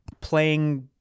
playing